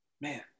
Man